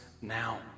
now